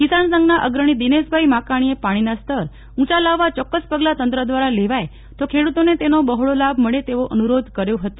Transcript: કિસાન સંઘના અગ્રણી દિનેશભાઇ માકાણીએ પાણીના સ્તર ઊંચા લાવવા ચોક્કસ પગલાં તંત્ર દ્વારા લેવાય તો ખેડૂતોને તેનોબહોળો લાભ મળે તેવો અનુરોધ કર્યો હતો